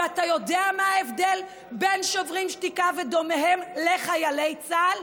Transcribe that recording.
ואתה יודע מה ההבדל בין שוברים שתיקה ודומיהם לחיילי צה"ל?